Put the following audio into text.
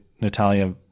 Natalia